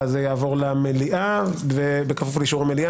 זה יעבור למליאה ובכפוף לאישור המליאה